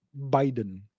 Biden